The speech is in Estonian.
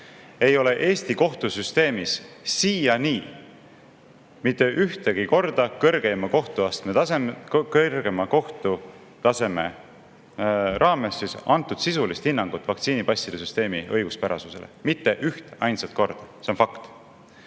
ei ole Eesti kohtusüsteemis siiani mitte ühtegi korda kõrgema kohtutaseme raames antud sisulist hinnangut vaktsiinipasside süsteemi õiguspärasusele. Mitte ühteainsat korda! See on fakt.